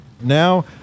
Now